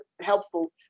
helpful